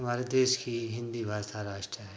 हमारे देश की हिंदी भाषा राष्ट्र है